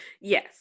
Yes